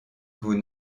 vous